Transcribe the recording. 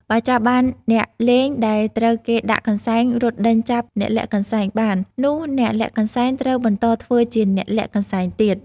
បើចាប់បានអ្នកលេងដែលត្រូវគេដាក់កន្សែង រត់ដេញចាប់អ្នកលាក់កន្សែងបាន នោះអ្នកលាក់កន្សែងត្រូវបន្តធ្វើជាអ្នកលាក់កន្សែងទៀត ។